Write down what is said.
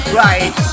right